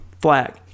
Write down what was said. Flag